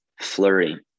flurry